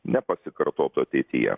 nepasikartotų ateityje